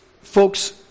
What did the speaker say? Folks